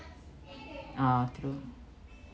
uh true